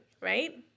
right